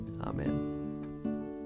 Amen